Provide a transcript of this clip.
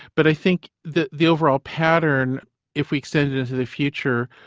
but i think that the overall pattern if we extend it into the future,